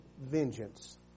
vengeance